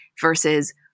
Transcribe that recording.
versus